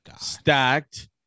stacked